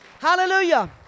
Hallelujah